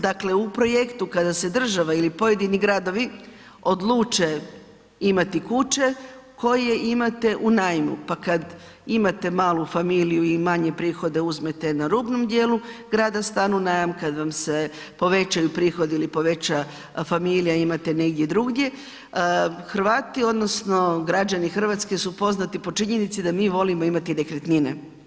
Dakle u projektu kada se država ili pojedini gradovi odluče imati kuće koje imate u najmu pa kad imate malu familiju i manje prihoda uzmete na rubnom djelu grada stan u najam, kad vam se povećaju prohodi ili poveća familija, imate negdje drugdje, Hrvati odnosno građani Hrvatske su poznati po činjenici da mi volimo imati nekretnine.